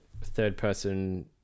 third-person